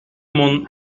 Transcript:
mon